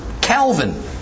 Calvin